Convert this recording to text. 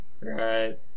Right